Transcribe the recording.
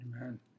Amen